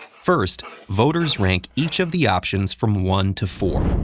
first, voters rank each of the options from one to four,